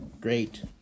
Great